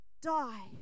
die